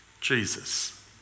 Jesus